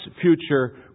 future